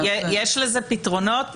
ש לזה פתרונות,